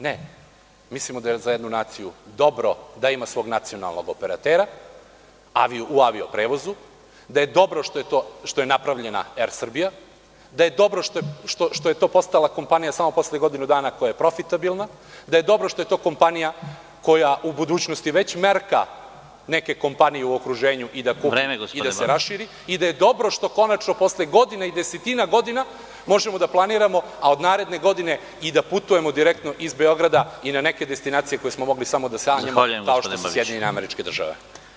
Ne, mislimo da je za jednu naciju dobro da ima svog nacionalnog operatera u avio prevozu, da je dobro što je napravljena „Er Srbija“, d je dobro što je to postala kompanija samo posle godinu dana koja je profitabilna, da je dobro što je to kompanija koja u budućnost već merka neke kompanije u okruženju i da se raširi i da je dobro što konačno posle godina i desetina godina možemo da planiramo, a od naredne godine i da putujemo direktno iz Beograda i na neke destinacije koje smo mogli samo da sanjamo, kao što su SAD.